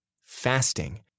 fasting